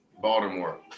Baltimore